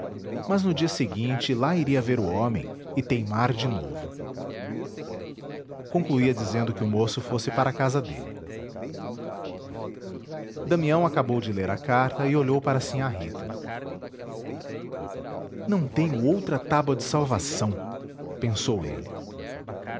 mas no dia seguinte lá iria ver o homem e teimar de novo concluía dizendo que o moço fosse para a casa dele damião acabou de ler a carta e olhou para sinhá rita não tenho outra tábua de salvação pensou ele